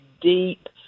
deep –